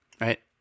right